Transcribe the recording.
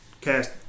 cast